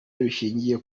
bishingiye